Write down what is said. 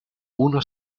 uno